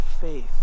faith